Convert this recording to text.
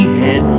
head